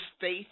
faith